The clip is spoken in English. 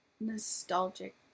nostalgic